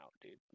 dude